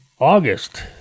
August